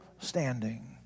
standing